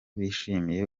bishimiye